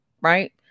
right